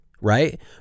right